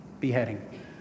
beheading